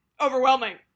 overwhelming